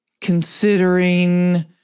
considering